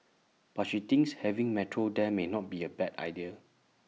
but she thinks having metro there may not be A bad idea